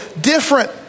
different